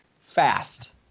Fast